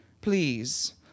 Please